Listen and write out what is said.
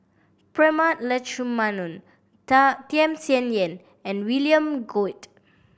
Prema Letchumanan Tham Sien Yen and William Goode